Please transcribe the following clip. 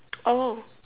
oh